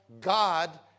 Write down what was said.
God